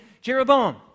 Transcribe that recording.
Jeroboam